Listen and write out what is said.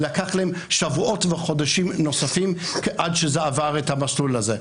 לקח להם שבועות וחודשים נוספים עד שזה עבר את המסלול הזה.